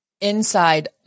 inside